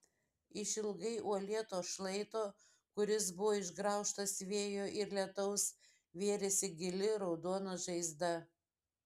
išilgai uolėto šlaito kuris buvo išgraužtas vėjo ir lietaus vėrėsi gili raudona žaizda